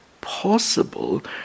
possible